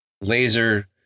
laser